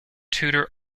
tudor